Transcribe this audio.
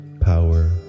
power